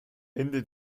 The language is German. ende